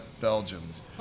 belgians